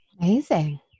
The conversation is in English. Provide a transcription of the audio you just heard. Amazing